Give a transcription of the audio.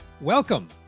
welcome